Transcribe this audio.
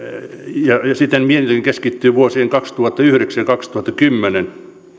ja siten mietintö keskittyvät vuosiin kaksituhattayhdeksän ja kaksituhattakymmenen